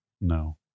No